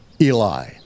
Eli